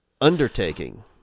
undertaking